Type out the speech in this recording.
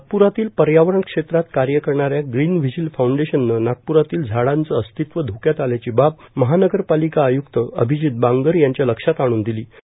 नागप्रातील पयावरण क्षेत्रात काय करणाऱ्या ग्रीन व्हिजील फाऊंडेशननं नागप्रातील झाडांचं अस्तित्व धोक्यात आल्याची बाब मनपा आय्क्त र्आभजीत बांगर यांच्या लक्षात आणून र्दिलो